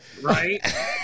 Right